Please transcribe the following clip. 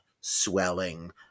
swelling